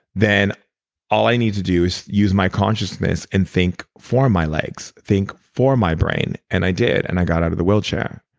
then all i need to do is use my consciousness and think for my legs, think for my brain. and i did and i got out of the wheelchair.